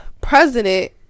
president